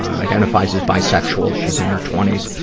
identifies as bisexual. she's in her twenty s.